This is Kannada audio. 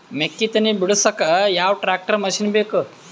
ಮೆಕ್ಕಿ ತನಿ ಬಿಡಸಕ್ ಯಾವ ಟ್ರ್ಯಾಕ್ಟರ್ ಮಶಿನ ಬೇಕು?